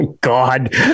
God